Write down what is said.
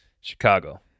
Chicago